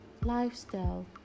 lifestyle